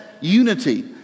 unity